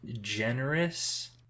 generous